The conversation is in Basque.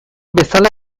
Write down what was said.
bezala